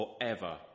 forever